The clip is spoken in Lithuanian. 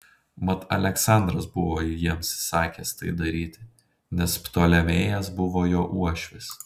mat aleksandras buvo jiems įsakęs tai daryti nes ptolemėjas buvo jo uošvis